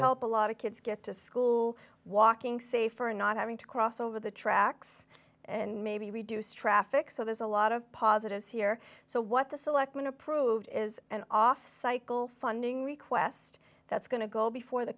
help a lot of kids get to school walking safer and not having to cross over the tracks and maybe reduce traffic so there's a lot of positives here so what the selectmen approved is an off cycle funding request that's going to go before the